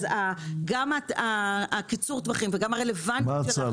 וגם קיצור הטווחים וגם הרלוונטיות של ההכשרה.